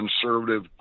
conservative